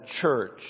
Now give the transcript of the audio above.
church